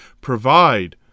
provide